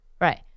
Right